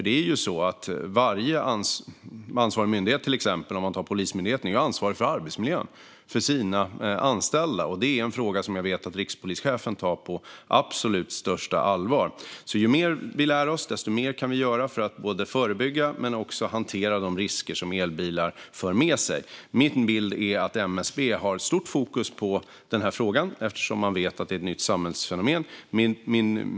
Det är ju så att varje ansvarig myndighet, till exempel Polismyndigheten, är ansvarig för de anställdas arbetsmiljö. Detta är en fråga som jag vet att rikspolischefen tar på absolut största allvar. Ju mer vi lär oss, desto mer kan vi göra för att förebygga och för att hantera de risker som elbilar för med sig. Min bild är att MSB har stort fokus på den här frågan eftersom man vet att detta är ett nytt samhällsfenomen.